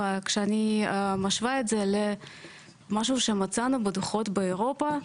וכשאני משווה את זה למשהו שמצאנו בדוחות באירופה,